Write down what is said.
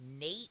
Nate